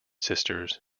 sisters